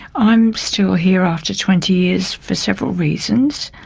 i'm still here after twenty years for several reasons.